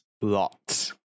Lots